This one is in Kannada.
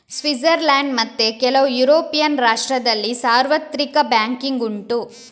ಸ್ವಿಟ್ಜರ್ಲೆಂಡ್ ಮತ್ತೆ ಕೆಲವು ಯುರೋಪಿಯನ್ ರಾಷ್ಟ್ರದಲ್ಲಿ ಸಾರ್ವತ್ರಿಕ ಬ್ಯಾಂಕಿಂಗ್ ಉಂಟು